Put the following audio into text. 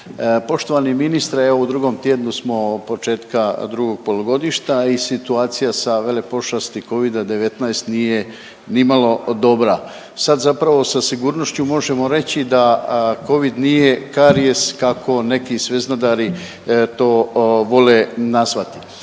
Poštovani ministre, evo u drugom tjednu smo početka drugog polugodišta i situacija sa velepošasti covida-19 nije nimalo dobra. Sad zapravo sa sigurnošću možemo reći da covid nije karijes kako neki sveznadari to vole nazvati.